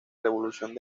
revolución